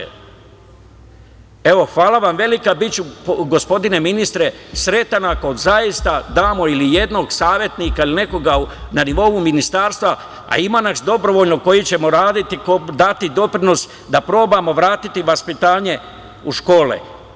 Evo, hvala vam velika, biću gospodine ministre sretan, ako zaista damo ili jedno savetnika ili nekoga na nivou ministarstva, a ima nas dobrovoljno koji ćemo raditi i dati doprinos da probamo vratiti vaspitanje u škole.